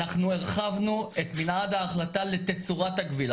אנחנו הרחבנו את מנעד ההחלטה לתצורת הכבילה,